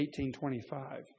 1825